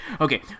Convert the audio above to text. Okay